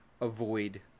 avoid